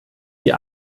die